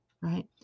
right